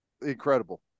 incredible